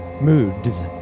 Moods